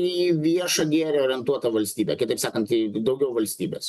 į viešą gėrį orientuota valstybė kitaip sakant daugiau valstybės